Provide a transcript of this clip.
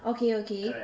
okay okay